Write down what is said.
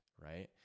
Right